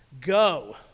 Go